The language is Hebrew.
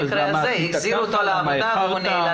זה 'למה איחרת',